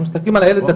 מסתכלים על הילד.